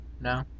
no